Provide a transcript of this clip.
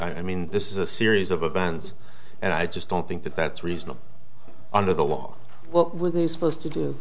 i mean this is a series of events and i just don't think that that's reasonable under the law what will you supposed to do